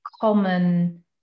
common